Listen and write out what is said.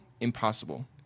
impossible